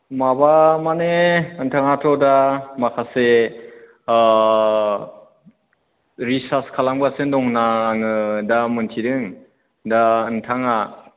माबा माने ओन्थाङाथ' दा माखासे रिचार्ज खालामगासिनो दंना आङो दा मोन्थिदों दा ओन्थाङा